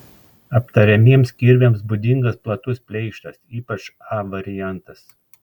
aptariamiems kirviams būdingas platus pleištas ypač a variantas